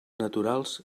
naturals